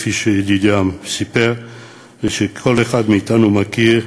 כפי שידידי סיפר וכל אחד מאתנו מכיר.